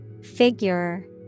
Figure